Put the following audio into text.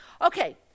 Okay